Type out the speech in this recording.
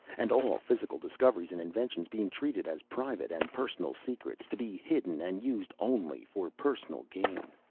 and all physical discoveries and inventions being treated as private and personal secrets to be hidden and used only for personal gain.